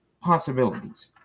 possibilities